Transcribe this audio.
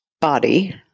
body